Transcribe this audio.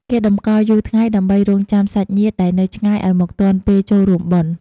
គេតម្កល់យូរថ្ងៃដើម្បីរង់ចាំសាច់ញាតិដែលនៅឆ្ងាយឱ្យមកទាន់ពេលចូលរួមបុណ្យ។